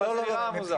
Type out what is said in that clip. אבל זה נראה מוזר.